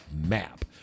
map